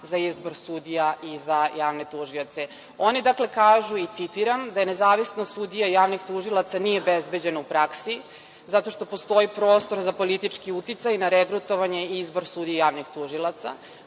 za izbor sudija i za javne tužioce. Oni, dakle, kažu, citiram, da nezavisnost sudija i javnih tužilaca nije obezbeđena u praksi zato što postoji prostor za politički uticaj na regrutovanje i izbor sudija i javnih tužilaca,